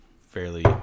fairly